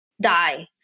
die